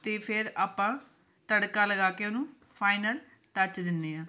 ਅਤੇ ਫਿਰ ਆਪਾਂ ਤੜਕਾ ਲਗਾ ਕੇ ਉਹਨੂੰ ਫਾਈਨਲ ਟੱਚ ਦਿੰਦੇ ਹਾਂ